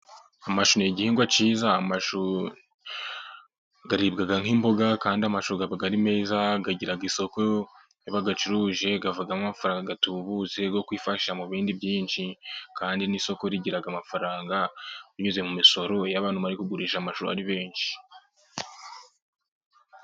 Amashu ni igihingwa cyiza. Amashu aribwa nk'imboga kandi amashu aba ari meza agira isoko. Iyo bayacuruje avamo amafaranga atubutse yo kwifashisha mu bindi byinshi, kandi n'isoko rigira amafaranga binyuze mu misoro, iyo abantu bari kugurisha amashu ari benshi.